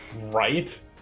Right